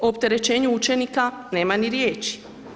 O opterećenju učenika, nema ni riječi.